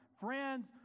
Friends